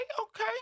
okay